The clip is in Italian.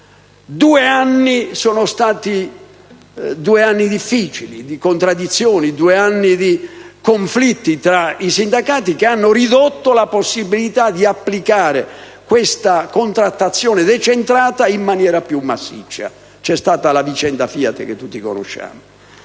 due anni difficili, di contraddizioni, due anni di conflitti tra i sindacati che hanno ridotto la possibilità di applicare questa contrattazione decentrata in maniera più massiccia (vi è stata la vicenda FIAT, che tutti conosciamo).